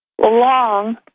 long